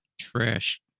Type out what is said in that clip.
Trash